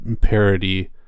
parody